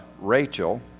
Rachel